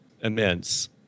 immense